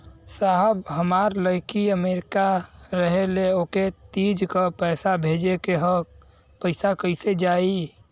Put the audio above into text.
साहब हमार लईकी अमेरिका रहेले ओके तीज क पैसा भेजे के ह पैसा कईसे जाई?